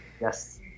Yes